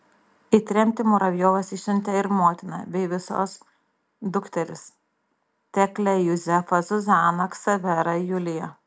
į tremtį muravjovas išsiuntė ir motiną bei visos dukteris teklę juzefą zuzaną ksaverą juliją